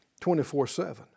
24-7